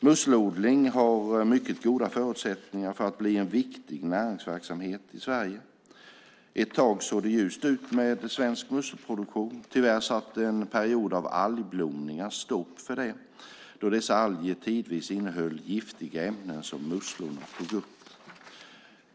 Musselodling har mycket goda förutsättningar för att bli en viktig näringsverksamhet i Sverige. Ett tag såg det ljust ut med svensk musselproduktion. Tyvärr satte en period av algblomningar stopp för det, då dessa alger tidvis innehöll giftiga ämnen som musslorna tog upp.